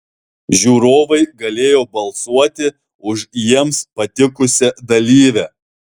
žiūrovai galėjo balsuoti už jiems patikusią dalyvę